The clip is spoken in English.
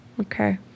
Okay